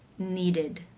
needed.